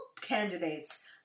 candidates